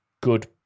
good